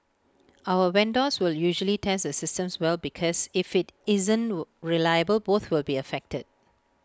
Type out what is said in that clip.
our vendors will usually tests systems well because if IT isn't will reliable both will be affected